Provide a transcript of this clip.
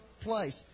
place